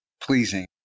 pleasing